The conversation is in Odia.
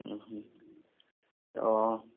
ଉଁ ହୁଁ ତ